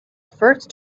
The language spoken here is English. first